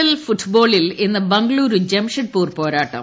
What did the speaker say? L ഫുട്ബോളിൽ ഇന്ന് ബംഗ്ളൂരു ജംഷഡ്പൂർ പോരാട്ടം